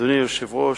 אדוני היושב-ראש,